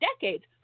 decades